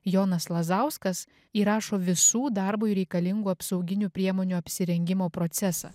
jonas lazauskas įrašo visų darbui reikalingų apsauginių priemonių apsirengimo procesą